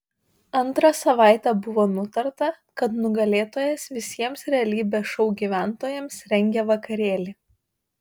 antrą savaitę buvo nutarta kad nugalėtojas visiems realybės šou gyventojams rengia vakarėlį